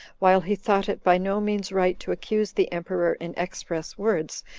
while he thought it by no means right to accuse the emperor in express words,